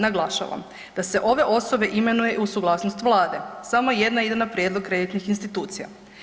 Naglašavam da se ove osobe imenuje uz suglasnost Vlade, samo jedna ide na prijedlog kreditnih institucija.